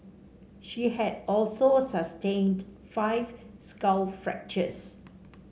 she had also sustained five skull fractures